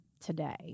today